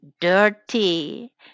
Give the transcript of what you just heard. dirty